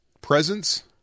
presence